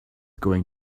going